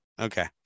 okay